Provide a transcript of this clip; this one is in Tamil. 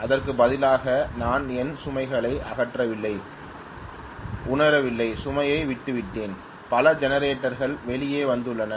அதற்கு பதிலாக நான் என் சுமைகளை அகற்றவில்லை உணரவில்லை சுமையை விட்டுவிட்டேன் பல ஜெனரேட்டர்கள் வெளியே வந்துள்ளன